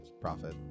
profit